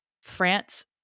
france